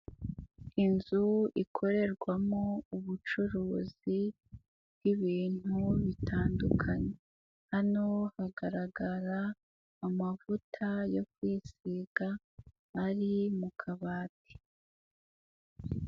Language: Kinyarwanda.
Inzu ikorerwamo ubucuruzi bwibintu bitandukanye, hano hagaragara amavuta yo kwisiga ari mu kabati.